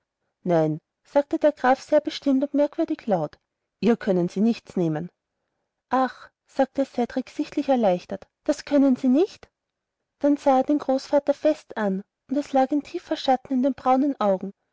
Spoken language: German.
nein rief der graf sehr bestimmt und merkwürdig laut ihr können sie nichts nehmen ach sagte cedrik sichtlich erleichtert das können sie nicht dann sah er den großvater fest an und es lag ein tiefer schatten in den braunen augen